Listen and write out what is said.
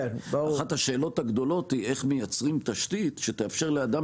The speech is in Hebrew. אחת השאלות הגדולות היא איך מייצרים תשתית שתאפשר לאדם